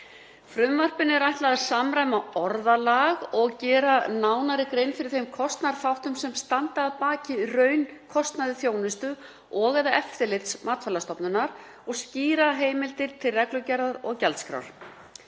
Frumvarpinu er ætlað að samræma orðalag og gera nánari grein fyrir þeim kostnaðarþáttum sem standa að baki raunkostnaði þjónustu og/eða eftirlits Matvælastofnunar og skýra heimildir til reglugerðar og gjaldskrár.